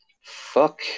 Fuck